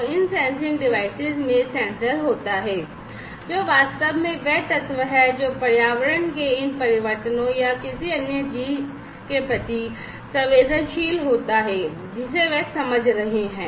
तो इन sensing devices में सेंसर होता है जो वास्तव में वह तत्व है जो पर्यावरण के इन परिवर्तनों या किसी अन्य चीज़ के प्रति संवेदनशील होता है जिसे वे समझ रहे हैं